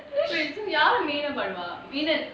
wait so யாரு பாடுவா:yaaru paaduvaa